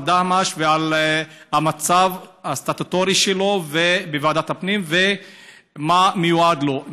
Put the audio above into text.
דהמש ועל המצב הסטטוטורי שלו ומה מיועד לו.